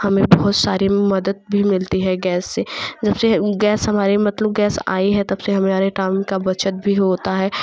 हमें बहुत सारी मदद भी मिलती है गैस से जब से गैस हमारे मतलब गैस आई है तब से हमारे काम का बचत भी होता है